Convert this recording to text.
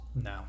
no